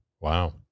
Wow